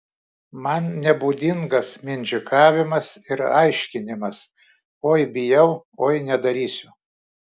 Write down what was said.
man nebūdingas mindžikavimas ir aiškinimas oi bijau oi nedarysiu